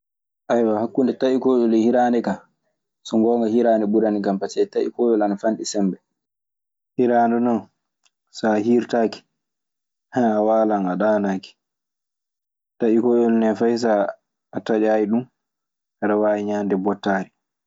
hakkunde taƴi kooƴol e hiraande kaa, so ngoonga hiraande ɓuranikan pasee taƴi kooƴol ana fanɗi sembe. Hiraande non, so a hirtaaki, hunh a waalan a ɗaanaaki. Taƴi kooƴol nee fay so a taƴaayi ɗun, aɗe waawi ñaande bottaari.